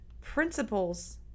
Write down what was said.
Principles